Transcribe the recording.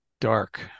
dark